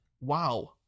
Wow